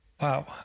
Wow